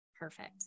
Perfect